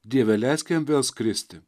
dieve leisk jam vėl skristi